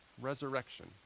Resurrection